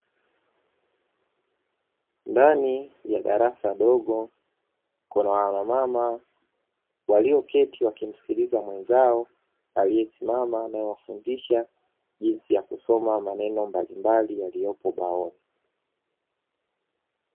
Ndani ya darasa dogo kuna wanamama, walioketi wakimsikiliza mwenzao aliyesimama, anayewafundisha jinsi ya kusoma maneno mbalimbali yaliyopo ubaoni.